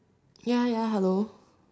ya ya hello